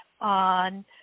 on